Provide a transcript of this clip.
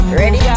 ready